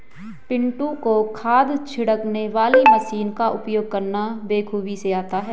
पिंटू को खाद छिड़कने वाली मशीन का उपयोग करना बेखूबी से आता है